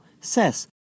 says